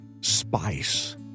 spice